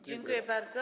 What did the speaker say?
Dziękuję bardzo.